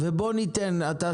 ובואו ניתן להתבטא.